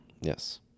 yes